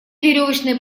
веревочные